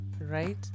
right